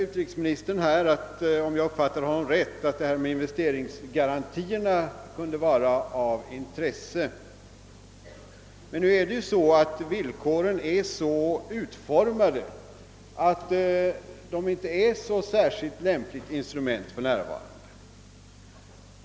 Utrikesministern anser, om jag uppfattade honom rätt, att investeringsgarantierna kunde vara av intresse. Men villkoren är ju så utformade, att dessa garantier inte är ett särskilt lämpligt instrument för närvarande.